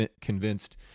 convinced